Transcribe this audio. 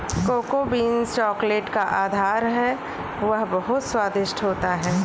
cocoa beans chocolate का आधार है वह बहुत स्वादिष्ट होता है